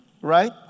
Right